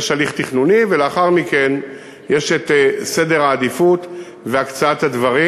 יש הליך תכנוני ולאחר מכן יש סדר העדיפויות והקצאת הדברים,